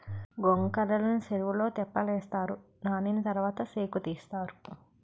గొంకర్రలని సెరువులో తెప్పలేస్తారు నానిన తరవాత సేకుతీస్తారు